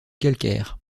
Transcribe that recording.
calcaire